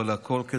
אבל הכול,